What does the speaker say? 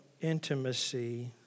intimacy